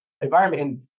environment